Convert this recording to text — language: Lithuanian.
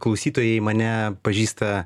klausytojai mane pažįsta